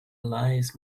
lies